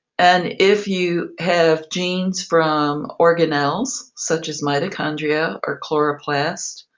and if you have genes from organelles, such as mitochondrial or chloroplast,